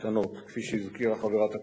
נבחנו כמדי שנה 45 בתי-ספר חרדיים שאינם משתייכים